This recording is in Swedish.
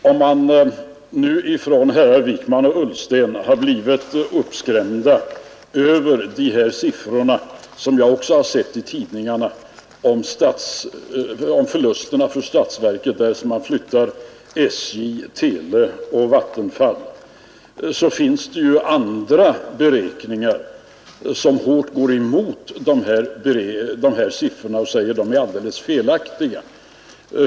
Om herrar Wijkman och Ullsten har blivit uppskrämda över siffrorna, som jag också har sett i tidningarna, om förlusterna för statsverket därest man flyttar SJ, televerket och vattenfallsverket, finns ju andra beräkningar och uttalanden som säger att dessa siffror är helt felaktiga.